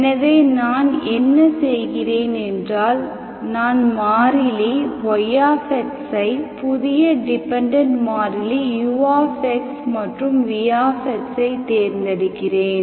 எனவே நான் என்ன செய்கிறேன் என்றால் நான் மாறிலி y ஐ புதிய டிபெண்டன்ட் மாறிலி u மற்றும் v ஐ தேர்ந்தெடுக்கிறேன்